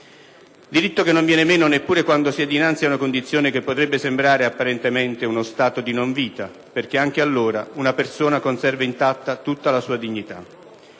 diritto non viene meno neppure quando si è dinanzi a una condizione che potrebbe sembrare apparentemente uno stato di non vita, perché anche allora una persona conserva intatta tutta la sua dignità.